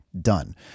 done